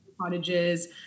cottages